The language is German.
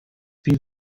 wie